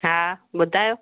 हा ॿुधायो